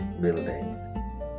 building